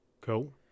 Cool